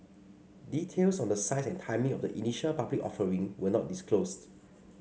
details on the size and timing of the initial public offering were not disclosed